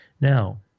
Now